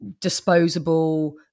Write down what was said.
disposable